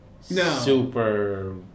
super